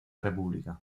república